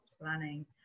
Planning